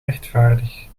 rechtvaardig